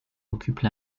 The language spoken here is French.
occupent